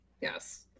Yes